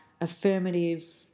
affirmative